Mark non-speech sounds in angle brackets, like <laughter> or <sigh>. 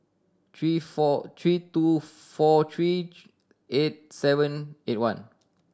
three four three two four three <unintelligible> eight one